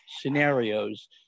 scenarios